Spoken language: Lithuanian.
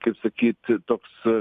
kaip sakyt toks